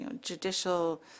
judicial